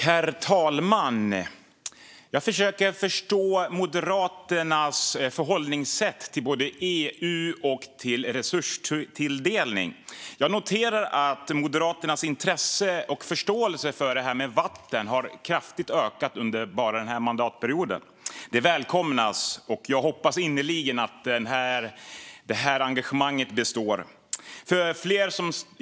Herr talman! Jag försöker förstå Moderaternas förhållningssätt till både EU och resurstilldelning. Jag noterar att Moderaternas intresse och förståelse för detta med vatten har ökat kraftigt bara under denna mandatperiod. Det välkomnas, och jag hoppas innerligt att detta engagemang består.